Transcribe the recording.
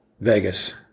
Vegas